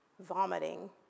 vomiting